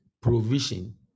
provision